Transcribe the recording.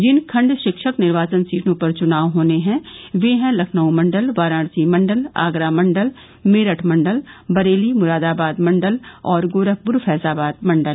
जिन खण्ड शिक्षक निर्वाचन सीटों पर चुनाव होने हैं वे हैं लखनऊ मण्डल वाराणसी मण्डल आगरा मण्डल मेरठ मण्डल बरेली मुरादाबाद मण्डल और गोरखप्र फैजाबाद मण्डल